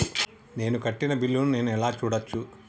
నేను కట్టిన బిల్లు ను నేను ఎలా చూడచ్చు?